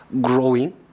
growing